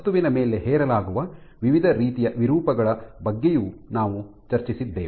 ವಸ್ತುವಿನ ಮೇಲೆ ಹೇರಲಾಗುವ ವಿವಿಧ ರೀತಿಯ ವಿರೂಪಗಳ ಬಗ್ಗೆಯೂ ನಾವು ಚರ್ಚಿಸಿದ್ದೇವೆ